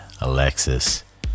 Alexis